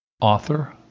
author